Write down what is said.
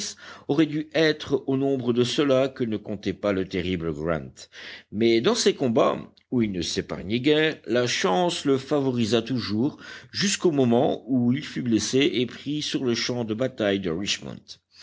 aurait dû être au nombre de ceux-là que ne comptait pas le terrible grant mais dans ces combats où il ne s'épargnait guère la chance le favorisa toujours jusqu'au moment où il fut blessé et pris sur le champ de bataille de richmond